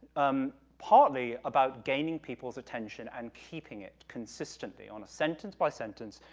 um, partly about gaining people's attention and keeping it consistently, on a sentence by sentence,